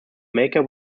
maker